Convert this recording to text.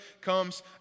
comes